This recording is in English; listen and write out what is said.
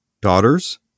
daughter's